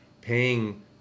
paying